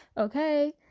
okay